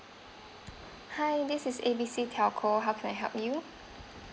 hi this is A B C tell call how can I help you